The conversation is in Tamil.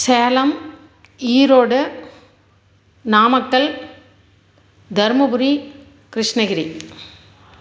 சேலம் ஈரோடு நாமக்கல் தர்மபுரி கிருஷ்ணகிரி